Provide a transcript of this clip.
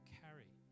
carry